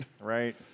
Right